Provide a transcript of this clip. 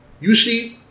usually